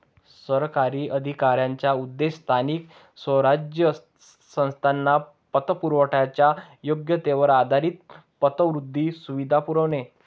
सरकारी अधिकाऱ्यांचा उद्देश स्थानिक स्वराज्य संस्थांना पतपुरवठ्याच्या योग्यतेवर आधारित पतवृद्धी सुविधा पुरवणे